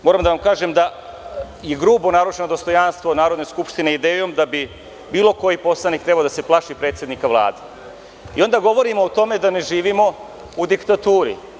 Moram da vam kažem da je grubo narušeno dostojanstvo Narodne skupštine idejom da bi bilo koji poslanik trebao da se plaši predsednika Vlade i onda govorimo o tome da ne živimo u diktaturi.